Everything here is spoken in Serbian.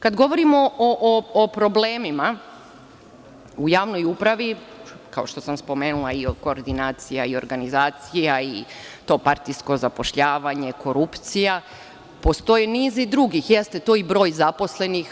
Kada govorimo o problemima u javnoj upravi, kao što sam spomenula, koordinacija i organizacija i to partijsko zapošljavanje, korupcija, postoji niz drugih, jeste to i broj zaposlenih.